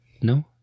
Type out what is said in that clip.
no